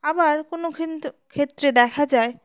আবার কোনো কিন্তু ক্ষেত্রে দেখা যায়